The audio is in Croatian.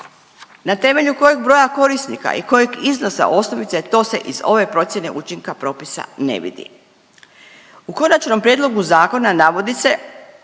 Na temelju kojeg broja korisnika i kojeg iznosa osnovice, to se iz ove procijene učinka propisa ne vidi. U Konačnom prijedlogu zakona navodi se